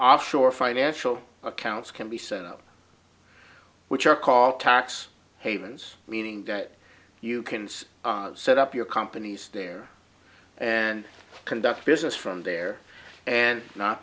offshore financial accounts can be set up which are called tax havens meaning that you can set up your companies there and conduct business from there and not